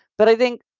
but i think,